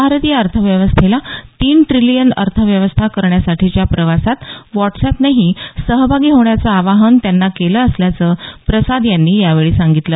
भारतीय अर्थव्यवस्थेला तीन ट्रिलीयन अर्थव्यवस्था करण्यासाठीच्या प्रवासात व्हाटस्अॅपनंही सहभागी होण्याचं आवाहन त्यांना केलं असल्याचं प्रसाद यांनी यावेळी सांगितलं